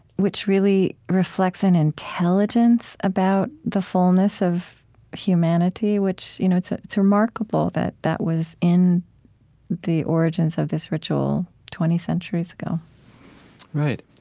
which really reflects an intelligence about the fullness of humanity, which you know it's ah it's remarkable that that was in the origins of this ritual twenty centuries ago right.